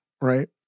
right